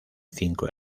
cinco